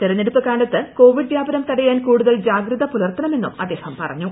തെരഞ്ഞെടുപ്പ് കാലത്ത് കോവിഡ് വ്യാപനം തടയാൻ കൂടുതൽ ജാഗ്രത് പുലർത്തണമെന്നും അദ്ദേഹം പറഞ്ഞു